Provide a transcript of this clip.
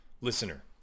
listener